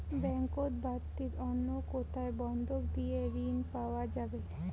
Bank ব্যাতীত অন্য কোথায় বন্ধক দিয়ে ঋন পাওয়া যাবে?